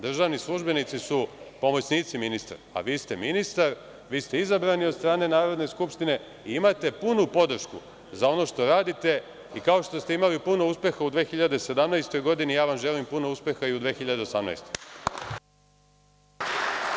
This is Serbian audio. Državni službenici su pomoćnici ministra, a vi ste ministar, vi ste izabrani od strane Narodne skupštine i imate punu podršku za ono što radite i kao što ste imali puno uspeha u 2017. godini, ja vam želim puno uspeha i u 2018. godini.